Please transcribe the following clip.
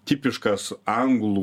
tipiškas anglų